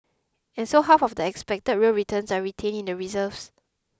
and so half of the expected real returns are retained in the reserves